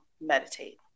meditate